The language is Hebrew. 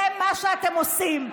זה מה שאתם עושים.